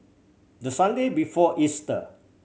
the Sunday before Easter